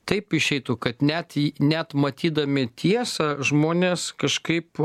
taip išeitų kad net i net matydami tiesą žmonės kažkaip